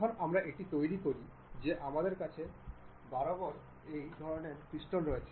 যখন আমরা এটি তৈরি করি যে আমাদের কাছে বারবার এই ধরণের প্যাটার্ন রয়েছে